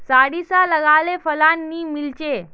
सारिसा लगाले फलान नि मीलचे?